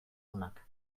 onak